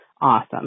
awesome